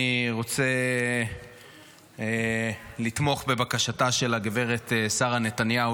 אני רוצה לתמוך בבקשתה של הגב' שרה נתניהו